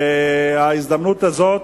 ההזדמנות הזאת